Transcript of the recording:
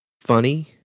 funny